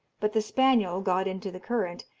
but the spaniel got into the current,